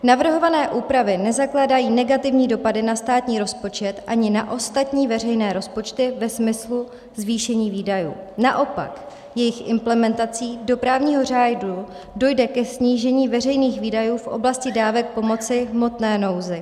Navrhované úpravy nezakládají negativní dopady na státní rozpočet ani na ostatní veřejné rozpočty ve smyslu zvýšení výdajů, naopak, jejich implementací do právního řádu dojde ke snížení veřejných výdajů v oblasti dávek pomoci v hmotné nouzi.